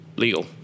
legal